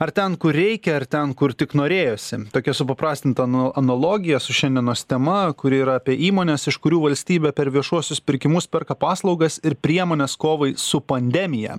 ar ten kur reikia ar ten kur tik norėjosi tokia supaprastinta nu analogija su šiandienos tema kuri yra apie įmones iš kurių valstybė per viešuosius pirkimus perka paslaugas ir priemones kovai su pandemija